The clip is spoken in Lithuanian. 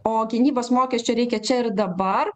o gynybos mokesčio reikia čia ir dabar